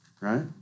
right